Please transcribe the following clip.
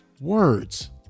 words